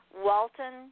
Walton